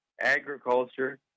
agriculture